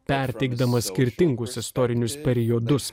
perteikdamas skirtingus istorinius periodus